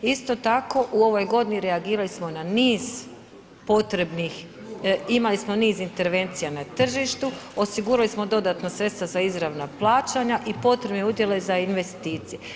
Isto tako, u ovoj godini reagirali smo na niz potrebnih, imali smo niz intervencija na tržištu, osigurali smo dodatno sredstva za izravna plaćanja i potrebne udjele za investicije.